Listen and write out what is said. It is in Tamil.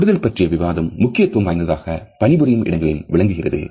தொடுதல் பற்றிய விவாதம் முக்கியத்துவம் வாய்ந்ததாக பணிபுரியும் இடங்களில் விளங்குகிறது